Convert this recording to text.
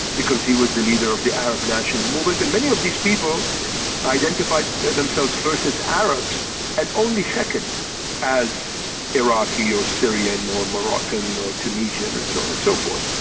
because he was the leader of the arab nation. and many of these people identified themselves firstly as arabs and only second as iraqi or syrian or moroccan or tunisian and so on and so forth.